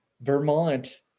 vermont